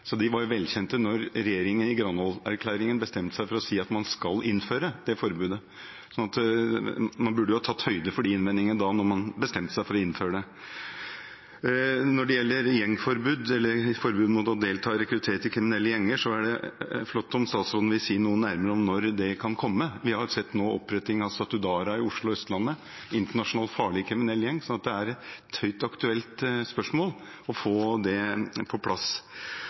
De var velkjente da regjeringen i Granavolden-plattformen bestemte seg for å si at man skal innføre det forbudet. Man burde jo ha tatt høyde for de innvendingene da man bestemte jeg for å innføre det. Når det gjelder forbud mot å delta i eller rekruttere til kriminelle gjenger, er det flott om statsråden vil si noe nærmere om når det kan komme. Vi har nå sett opprettingen av Satudarah på Østlandet, i Oslo, en internasjonal, farlig, kriminell gjeng, så det er et høyst aktuelt spørsmål å få det på plass.